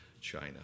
China